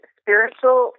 spiritual